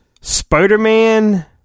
Spider-Man